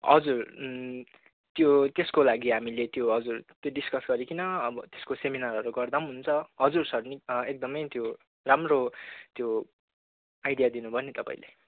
हजुर त्यो त्यसको लागि हामीले त्यो हजुर त्यो डिस्कस गरीकन अब त्यसको सेमिनारहरू गर्दा हुन्छ हजुर सर एकदम त्यो राम्रो त्यो आइडिया दिनु भयो नि तपाईँले